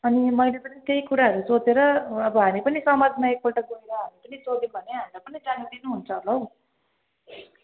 अनि मैले पनि त्यही कुराहरू सोचेर अब हामी पनि समाजमा एक पल्ट गएर फेरि सोध्यौँ भने हामीलाई जानु दिनु हुन्छ होला हौ